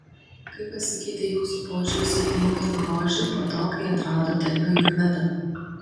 kaip pasikeitė jūsų požiūris į kūną ir grožį po to kai atradote ajurvedą